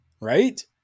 Right